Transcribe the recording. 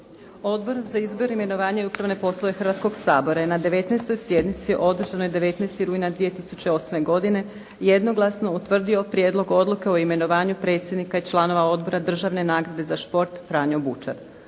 Odbor za izbor, imenovanja i upravne poslove Hrvatskog sabora je na 19. sjednici održanoj 19. rujna 2008. godine jednoglasno utvrdio Prijedlog odluke o imenovanju predsjednika i članova Odbora državne nagrade za šport Franjo Bučar.